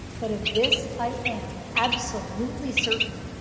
but of this i am absolutely certain.